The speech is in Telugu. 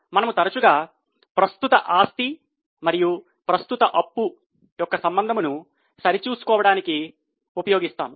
మరియు తరచుగా ప్రస్తుత ఆస్తి మరియు ప్రస్తుత అప్పు యొక్క సంబంధమును సరిచూసుకొనడానికి ఉపయోగిస్తారు